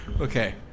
Okay